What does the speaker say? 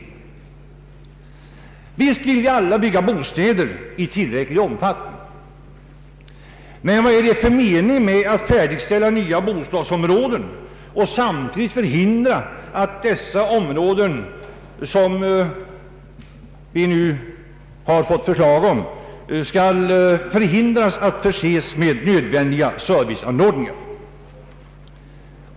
Visst vill vi alla bygga bostäder i tillräcklig omfattning, men vad är det för mening med att färdigställa nya bostadsområden och samtidigt förhindra att dessa, om vilka förslag redan har framlagts, inte förses med nödvändiga serviceanordningar?